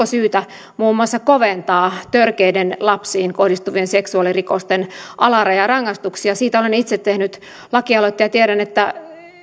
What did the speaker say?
syytä muun muassa koventaa törkeiden lapsiin kohdistuvien seksuaalirikosten alarajarangaistuksia ja siitä olen itse tehnyt lakialoitteen